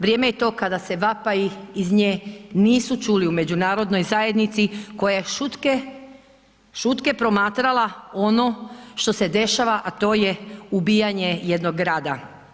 Vrijeme je to kada se vapaji iz nje nisu čuli u međunarodnoj zajednici koja je šutke, šutke promatrala ono što se dešava, a to je ubijanje jednog rada.